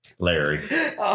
Larry